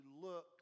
look